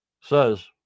says